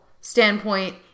standpoint